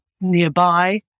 nearby